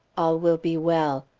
all will be well.